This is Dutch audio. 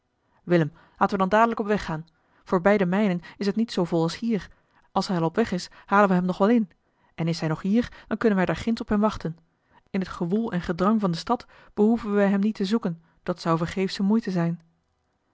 willem laten we dan dadelijk op weg gaan voorbij de mijnen is het niet zoo vol als hier als hij al op weg is halen we hem nog wel in en is hij nog hier dan kunnen wij daar ginds op hem wachten in het gewoel en gedrang van de stad behoeven wij hem niet te zoeken dat zou vergeefsche moeite zijn